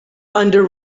under